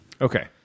Okay